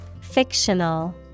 Fictional